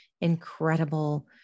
incredible